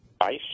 ice